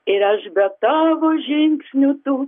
ir aš be tavo žingsnių tų